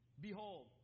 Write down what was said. behold